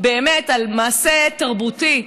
על מעשה תרבותי.